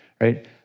Right